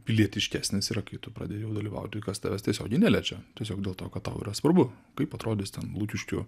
pilietiškesnis yra kai tu pradedi jau dalyvauti kas tavęs tiesiogiai neliečia tiesiog dėl to kad tau yra svarbu kaip atrodys lukiškių